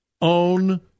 own